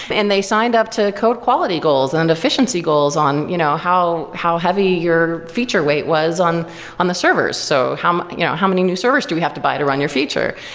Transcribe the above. and they signed up to code quality goals and efficiency goals on you know how how heavy your feature weight was on on the servers. so how you know how many new servers do we have to buy it around your feature?